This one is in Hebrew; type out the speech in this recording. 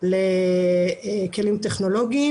לכלים טכנולוגיים,